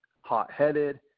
hot-headed